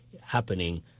happening